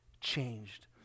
changed